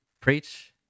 preach